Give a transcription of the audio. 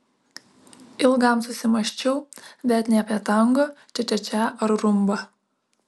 ilgam susimąsčiau bet ne apie tango čia čia čia ar rumbą